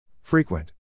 Frequent